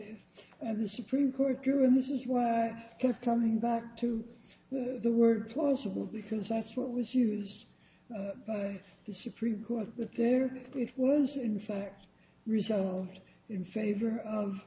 and the supreme court during this is why i kept coming back to the word plausible because that's what was used the supreme court that there was in fact resolved in favor of